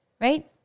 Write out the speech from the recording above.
right